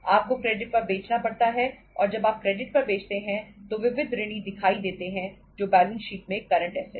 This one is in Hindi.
आपको क्रेडिट पर बेचना पड़ता है और जब आप क्रेडिट पर बेचते हैं तो विविध ऋणी दिखाई देते हैं जो बैलेंस शीट में करंट ऐसेट है